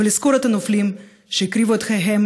ולזכור את הנופלים שהקריבו את חייהם